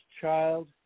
Child